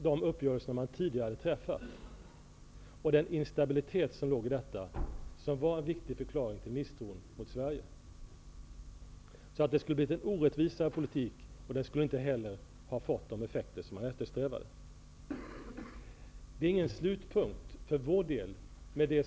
De uppgörelser man tidigare hade träffat, och den instabilitet som låg i dem, var en viktig förklaring till misstron till Sverige. Det skulle ha blivit en orättvisare politik, som inte heller skulle ha fått de effekter man eftersträvade. Uppgörelserna är inte någon slutpunkt för vår del.